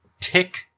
tick